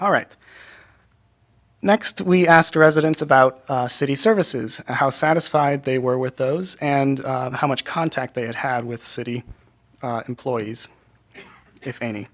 all right next we asked residents about city services how satisfied they were with those and how much contact they had had with city employees if any